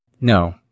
No